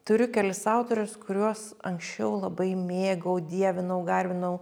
turiu kelis autorius kuriuos anksčiau labai mėgau dievinau garbinau